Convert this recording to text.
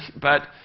but